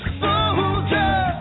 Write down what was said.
soldier